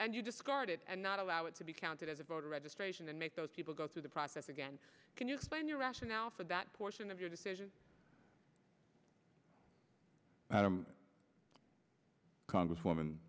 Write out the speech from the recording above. and you discard it and not allow it to be counted as a voter registration and make those people go through the process again can you explain your rationale for that portion of your decision congresswoman